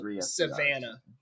Savannah